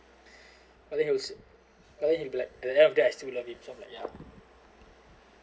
but then he was but then he like and then I still love it from like ya